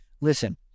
listen